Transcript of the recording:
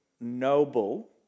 noble